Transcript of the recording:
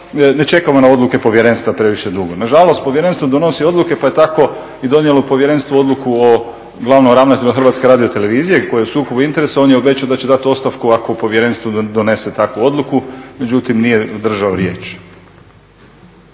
ne čekamo na odluke povjerenstva previše dugo. Nažalost povjerenstvo donosi odluke pa je tako i donijelo povjerenstvo odluku o glavnom ravnatelju Hrvatske radiotelevizije koji je u sukobu interesa, on je obećao da će dati ostavku ako povjerenstvo donese takvu odluku međutim nije održao riječ.